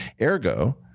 Ergo